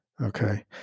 okay